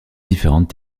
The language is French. différentes